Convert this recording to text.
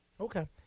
okay